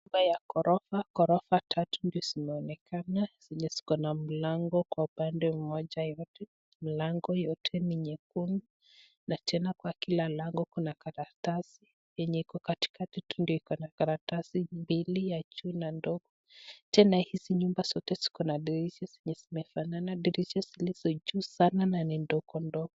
Nyumba ya ghorofa, ghorofa tatu ndio zinaonekana zenye ziko na mlango kwa upande mmoja yote ,milango yote ni nyekundu na tena kwa kila lango kuna karatasi ,yenye iko katikati tu ndio iko na karatasi mbili ya juu na ndogo , tena hizi nyumba zote ziko na dirisha zenye zimefanana , dirisha zilizo juu sana na ni ndogo ndogo.